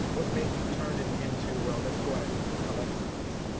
what made you turn it into, well, let's go out and collect socks.